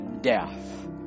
death